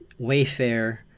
Wayfair